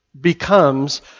becomes